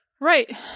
Right